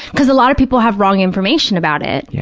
because a lot of people have wrong information about it, yeah